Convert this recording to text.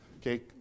Okay